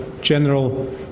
general